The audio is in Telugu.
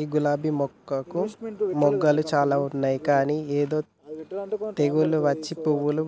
ఈ గులాబీ మొక్కకు మొగ్గలు చాల ఉన్నాయి కానీ ఏదో తెగులు వచ్చి పూలు